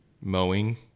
mowing